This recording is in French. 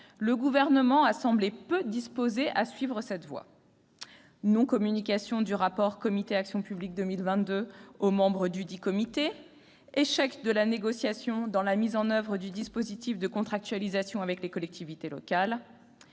le Gouvernement a semblé peu disposé à suivre cette voie : non-communication du rapport du Comité Action publique 2022 aux membres dudit comité ; échec de la négociation dans la mise en oeuvre du dispositif de contractualisation avec les collectivités locales,